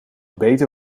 beter